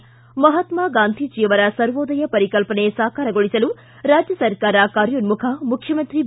ಿ ಮಹಾತ್ನಾ ಗಾಂಧೀಜಿ ಅವರ ಸರ್ವೋದಯ ಪರಿಕಲ್ಪನೆ ಸಾಕಾರಗೊಳಿಸಲು ರಾಜ್ಯ ಸರ್ಕಾರ ಕಾರ್ಯೋನ್ನುಖ ಮುಖ್ಯಮಂತ್ರಿ ಬಿ